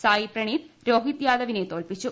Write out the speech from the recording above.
സായി പ്രണീത് രോഹിത് യാദവിനെ തോൽപ്പിച്ചു